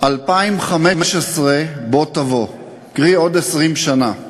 2015 בוא תבוא, קרי עוד 20 שנה,